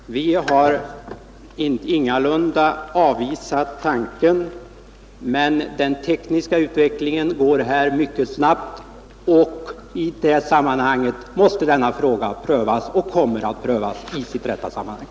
Herr talman! Vi har ingalunda avvisat tanken på en särskild rundradio, men den tekniska utvecklingen går här mycket snabbt. Denna fråga måste därför prövas och kommer att prövas i sitt rätta sammanhang.